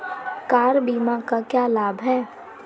Car बीमा का क्या लाभ है?